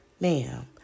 Ma'am